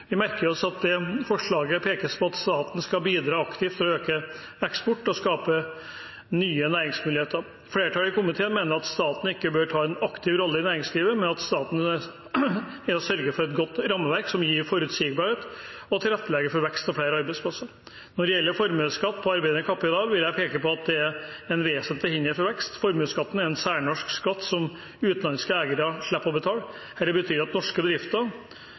Vi merker oss at det i forslaget pekes på at staten skal bidra aktivt for å øke eksport og skape nye næringsmuligheter. Flertallet i komiteen mener at staten ikke bør ta en aktiv rolle i næringslivet, men sørge for et godt rammeverk som gir forutsigbarhet, og tilrettelegge for vekst og flere arbeidsplasser. Når det gjelder formuesskatt på arbeidende kapital, vil jeg peke på at det er et vesentlig hinder for vekst. Formuesskatten er en særnorsk skatt som utenlandske eiere slipper å betale. Det betyr at norske bedrifter